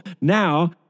now